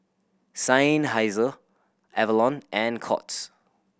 Seinheiser Avalon and Courts